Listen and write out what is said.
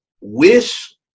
wish